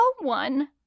one